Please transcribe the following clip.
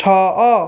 ଛଅ